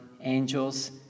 angels